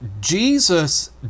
Jesus